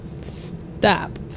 Stop